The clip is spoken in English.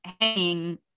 hanging